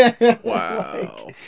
Wow